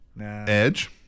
Edge